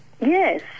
Yes